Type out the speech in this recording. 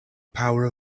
power